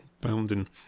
Bounding